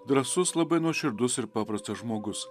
drąsus labai nuoširdus ir paprastas žmogus